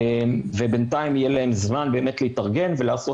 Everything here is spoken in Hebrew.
ובינתיים יהיה להם זמן להתארגן ולעשות